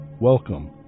Welcome